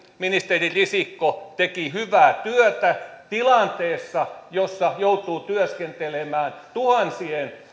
ministeri risikko teki hyvää työtä tilanteessa jossa joutuu työskentelemään tuhansien